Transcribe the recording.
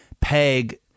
peg